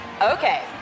Okay